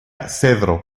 cedro